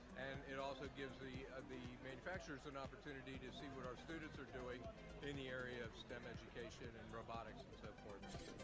and it also gives the the manufacturers an opportunity to see what our students are doing in the area of stem education and robotics and